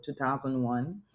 2001